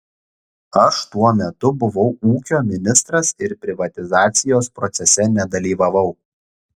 aš tuo metu buvau ūkio ministras ir privatizacijos procese nedalyvavau